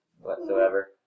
Whatsoever